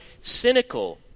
cynical